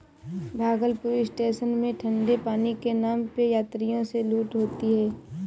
Bhagalpur station में ठंडे पानी के नाम पे यात्रियों से लूट होती है